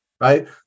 right